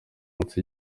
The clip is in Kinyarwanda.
munsi